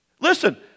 Listen